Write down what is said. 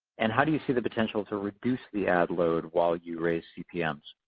and how do you see the potential to reduce the ad load while you raise cpms?